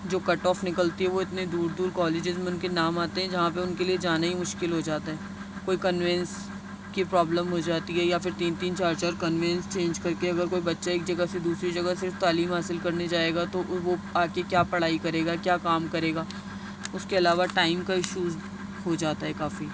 جو cut off نکلتی ہے وہ اتنے دور دور کالجز میں ان نام آتے ہیں جہاں پہ ان کے لیے جانا ہی مشکل ہو جاتا ہے کوئی کنوینس کی پرابلم ہو جاتی ہے یا پھر تین تین چار چار کنوینس چینج کر کے اگر کوئی بچہ ایک جگہ سے دوسری جگہ سے تعلیم حاصل کرنے جائے گا تو وہ آ کے کیا پڑھائی کرے گا کیا کام کرے گا اس کے علاوہ ٹائم کا ایشوز ہو جاتا ہے کافی